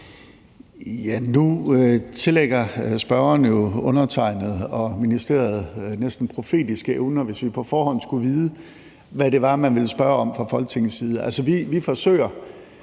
Nu tillægger spørgeren jo undertegnede og ministeriet næsten profetiske evner, hvis vi på forhånd skulle vide, hvad det var, man ville spørge om fra Folketingets side. Altså, vi forsøger